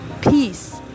peace